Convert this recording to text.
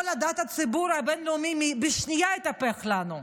כל דעת הציבור הבין-לאומית בשנייה תתהפך לנו,